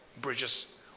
bridges